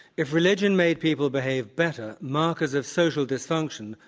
if religion made people behave better, markers of social dysfunction,